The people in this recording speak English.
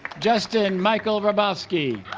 justin michael hrabovsky